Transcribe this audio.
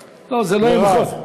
לא, זה לא, מירב.